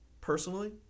personally